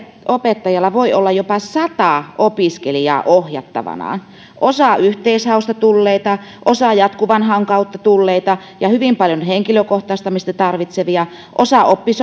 opettajalla voi olla jopa sata opiskelijaa ohjattavanaan osa yhteishausta tulleita osa jatkuvan haun kautta tulleita ja hyvin paljon henkilökohtaistamista tarvitsevia osa oppisopimuksella ja